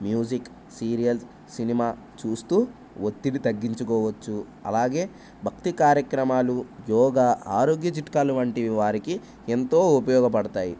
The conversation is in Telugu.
మ్యూజిక్ సీరియల్ సినిమా చూస్తూ ఒత్తిడి తగ్గించుకోవచ్చు అలాగే భక్తి కార్యక్రమాలు యోగా ఆరోగ్య చిట్కాలు వంటివి వారికి ఎంతో ఉపయోగపడతాయి